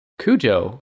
Cujo